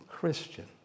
Christian